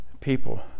people